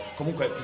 comunque